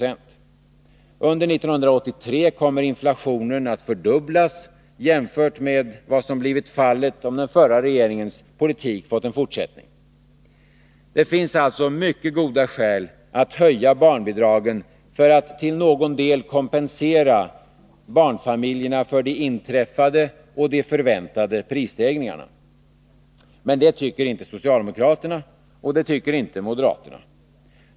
Under 1983 kommer inflationen att fördubblas jämfört med vad som hade blivit fallet om den förra regeringens politik fått en fortsättning. Det finns alltså mycket goda skäl att höja barnbidragen för att till någon del kompensera barnfamiljerna för det inträffade och de förväntade prisstegringarna. Men det tycker inte socialdemokraterna, och det tycker inte moderaterna.